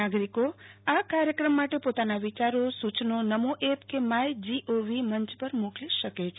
નાગરીકો આ કાર્યક્રમ માટે પોતાના વિયારો સૂચનો નમો એપ કે માય જીઓવી મંચ પર મોકલી શકે છે